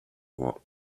what